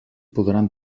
podran